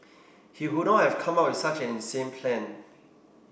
he wouldn't have come up with such an insane plan